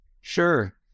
Sure